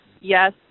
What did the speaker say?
yes